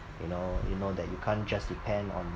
you know you know that you can't just depend on